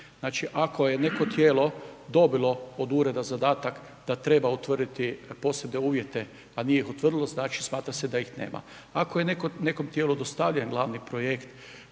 Znači ako je neko tijelo dobilo od ureda zadatak da treba utvrditi posebne uvjete a nije ih utvrdilo, znači smatra se da ih nema. Ako je nekom tijelu dostavljen glavni projekt